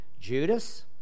Judas